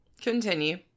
continue